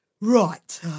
Right